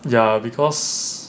ya because